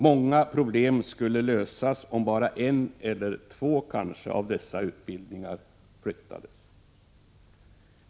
Många problem skulle lösas om kanske bara en eller två av dessa utbildningar flyttades.